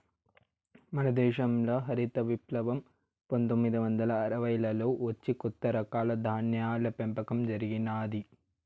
మన దేశంల హరిత విప్లవం పందొమ్మిది వందల అరవైలలో వచ్చి కొత్త రకాల ధాన్యాల పెంపకం జరిగినాది